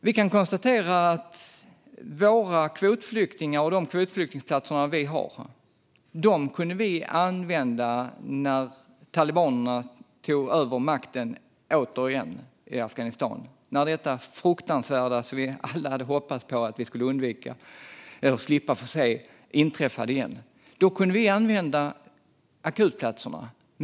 Vi kan konstatera att platserna för kvotflyktingar kunde användas när talibanerna återigen tog över makten i Afghanistan - när detta fruktansvärda som vi alla hade hoppats få slippa se inträffade igen. Då kunde vi använda akutplatserna.